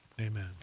Amen